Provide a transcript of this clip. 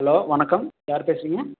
hello வணக்கம் யார் பேசுறீங்க